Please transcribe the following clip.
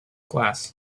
class